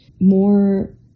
more